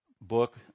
book